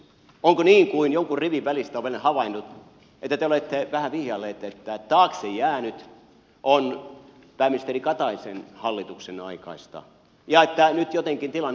onko niin niin kuin jonkun rivin välistä olen havainnut että te olette vähän vihjaillut että taakse jäänyt on pääministeri kataisen hallituksen aikaista ja että nyt jotenkin tilanne muuttuisi